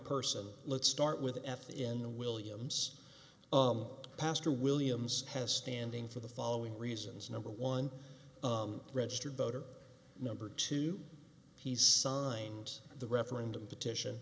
person let's start with f in the williams pastor williams has standing for the following reasons number one registered voter number two he signed the referendum petition